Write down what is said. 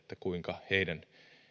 kuinka heidän